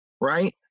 right